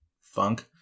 funk